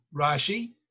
Rashi